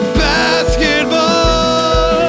basketball